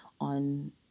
on